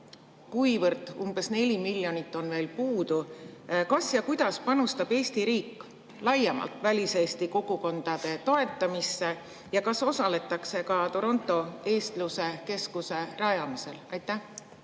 kuivõrd umbes 4 miljonit on veel puudu, siis kas ja kuidas panustab Eesti riik laiemalt väliseesti kogukondade toetamisse? Ja kas osaletakse ka Toronto eestluse keskuse rajamisel? Aitäh,